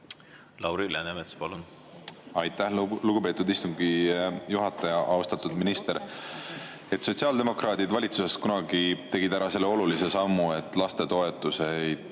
Lauri Läänemets, palun! Aitäh, lugupeetud istungi juhataja! Austatud minister! Sotsiaaldemokraadid tegid valitsuses kunagi ära selle olulise sammu, et lastetoetusi